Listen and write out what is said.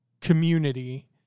community